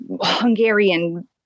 Hungarian